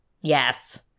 yes